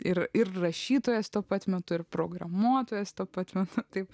ir ir rašytojas tuo pat metu ir programuotojas tuo pačiu metu kaip